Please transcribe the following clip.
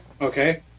Okay